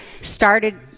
started